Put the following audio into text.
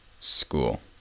School